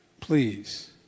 please